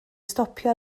stopio